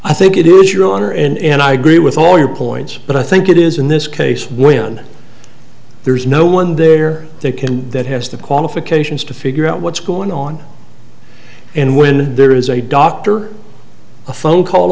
i think it is your honor and i agree with all your points but i think it is in this case when there is no one there they can that has the qualifications to figure out what's going on and when there is a doctor a phone call